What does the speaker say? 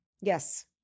Yes